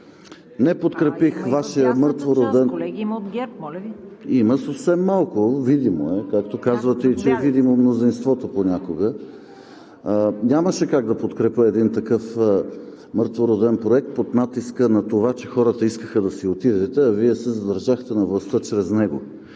моля Ви! ИВАН ЧЕНЧЕВ: Има съвсем малко. Видимо е. Както казвате, че е и видимо мнозинството понякога. Нямаше как да подкрепя един такъв мъртвороден проект под натиска на това, че хората искаха да си отидете, а Вие се задържахте на властта чрез него.